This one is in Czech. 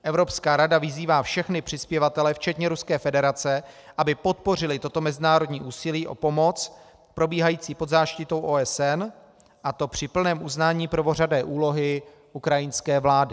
Evropská rada vyzývá všechny přispěvatele, včetně Ruské federace, aby podpořili toto mezinárodní úsilí o pomoc probíhající pod záštitou OSN, a to při plném uznání prvořadé úlohy ukrajinské vlády.